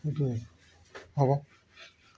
এইটো হ'ব